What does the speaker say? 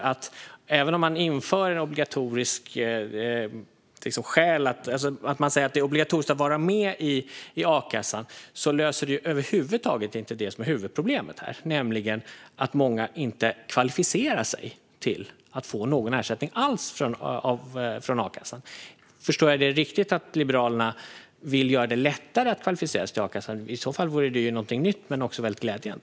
Att göra det obligatoriskt att vara med i a-kassan löser över huvud taget inte det som är huvudproblemet här, nämligen att många inte kvalificerar sig till att få någon ersättning alls från a-kassan. Förstår jag det riktigt att Liberalerna vill göra det lättare att kvalificera sig till a-kassan? I så fall är det någonting nytt men också väldigt glädjande.